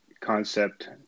concept